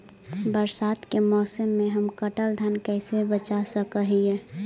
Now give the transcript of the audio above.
बरसात के मौसम में हम कटल धान कैसे बचा सक हिय?